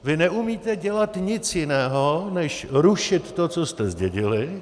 Vy neumíte dělat nic jiného než rušit to, co jste zdědili.